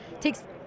takes